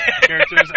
characters